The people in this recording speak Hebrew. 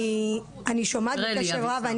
אני שומעת בקשב רב.